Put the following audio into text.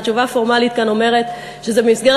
התשובה הפורמלית כאן אומרת שזה במסגרת